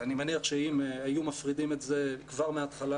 אני מניח שאם היו מפרידים את זה כבר מההתחלה